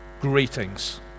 greetings